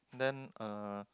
then uh